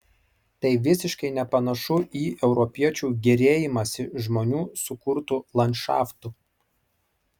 tai visiškai nepanašu į europiečių gėrėjimąsi žmonių sukurtu landšaftu